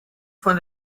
von